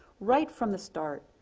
right from the start,